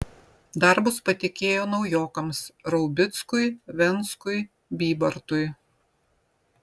darbus patikėjo naujokams raubickui venckui bybartui